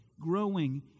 growing